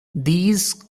these